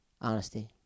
honesty